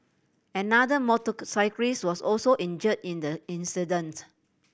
another motorcyclist was also injured in the incident